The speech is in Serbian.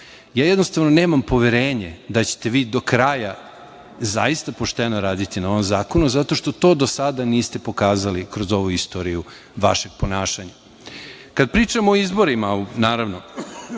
Jednostavno, nemam poverenje da ćete vi do kraja, zaista pošteno raditi na ovom zakonu zato što do sada niste pokazali kroz ovu istoriju vašeg ponašanja. Kada pričamo o izborima, naravno,